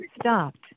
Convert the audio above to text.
stopped